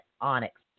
onyx